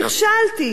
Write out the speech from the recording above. נכשלתי.